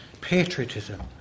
patriotism